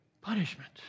punishment